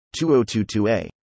2022a